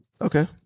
Okay